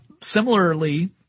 Similarly